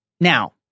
now